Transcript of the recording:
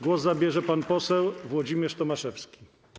Głos zabierze pan poseł Włodzimierz Tomaszewski.